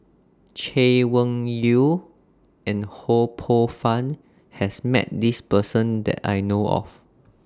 Chay Weng Yew and Ho Poh Fun has Met This Person that I know of